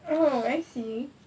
oh I see